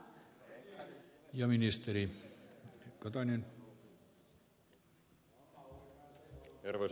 arvoisa puhemies